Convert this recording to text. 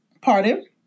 pardon